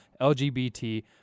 LGBT